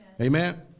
Amen